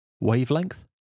Wavelength